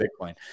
Bitcoin